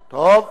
טוב.